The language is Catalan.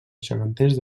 geganters